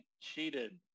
cheated